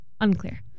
unclear